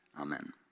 Amen